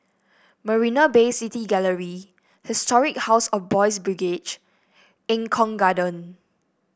Marina Bay City Gallery Historic House of Boys' Brigade Eng Kong Garden